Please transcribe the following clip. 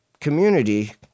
Community